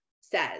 says